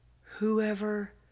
whoever